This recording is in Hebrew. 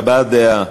הבעת דעה,